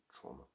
trauma